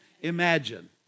Imagine